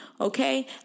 okay